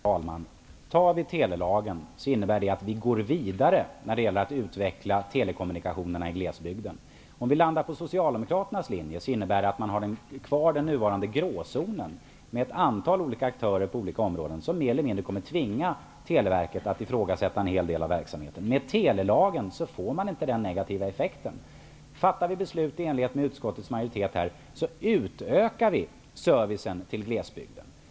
Herr talman! När det gäller telelagen innebär detta att vi går vidare i utvecklingen av telekommunikationerna i glesbygden. Men att landa på Socialdemokraternas linje innebär att den nuvarande gråzonen blir kvar med ett antal olika aktörer på olika områden som mer eller mindre kommer att tvinga Televerket att ifrågasätta en hel del av verksamheten. Med telelagen får vi inte den negativa effekten. Om vi fattar beslut i enlighet med utskottets majoritet, utökar vi servicen till glesbygden.